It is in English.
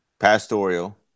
Pastoral